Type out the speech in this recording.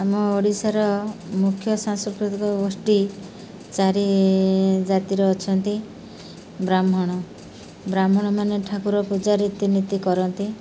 ଆମ ଓଡ଼ିଶାର ମୁଖ୍ୟ ସାଂସ୍କୃତିକ ଗୋଷ୍ଠୀ ଚାରି ଜାତିର ଅଛନ୍ତି ବ୍ରାହ୍ମଣ ବ୍ରାହ୍ମଣମାନେ ଠାକୁର ପୂଜା ରୀତିନୀତି କରନ୍ତି